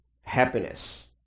happiness